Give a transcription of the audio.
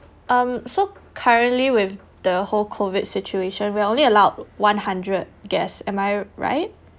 um so currently with the whole COVID situation we are only allowed one hundred guests am I right